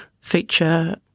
feature